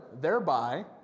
Thereby